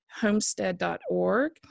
homestead.org